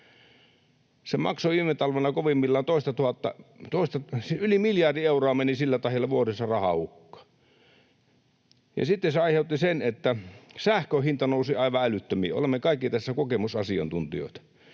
Se maksoi viime talvena kovimmillaan toistatuhatta... Siis yli miljardi euroa meni sillä tahdilla vuodessa rahaa hukkaan, ja sitten se aiheutti sen, että sähkön hinta nousi aivan älyttömiin. Olemme kaikki tässä kokemusasiantuntijoita.